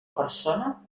persona